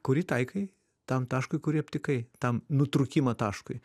kurį taikai tam taškui kurį aptikai tam nutrūkimą taškui